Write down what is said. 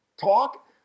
talk